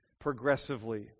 progressively